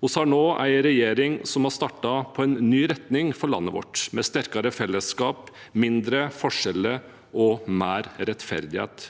har nå en regjering som har startet på en ny retning for landet vårt, med sterkere felleskap, mindre forskjeller og mer rettferdighet.